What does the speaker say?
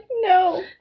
no